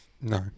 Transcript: No